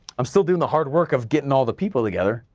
i'm still doing the hard work of getting all the people together,